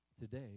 today